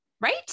Right